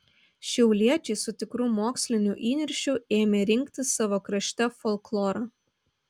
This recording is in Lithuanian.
šiauliečiai su tikru moksliniu įniršiu ėmė rinkti savo krašte folklorą